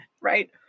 right